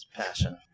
passion